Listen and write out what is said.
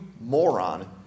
moron